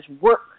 work